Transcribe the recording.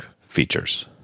features